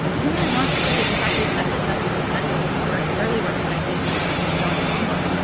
yeah. in lots of ways. in fact, we set this up as a study. this was work, early work that i did with john flombaum.